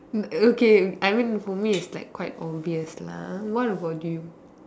okay I mean for me it's like quite obvious lah what about you